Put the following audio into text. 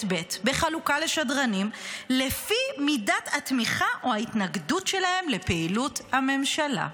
ב' בחלוקה לשדרנים לפי מידת התמיכה או ההתנגדות שלהם לפעילות הממשלה.